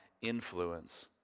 influence